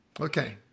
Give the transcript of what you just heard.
Okay